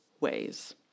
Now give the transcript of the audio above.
ways